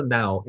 now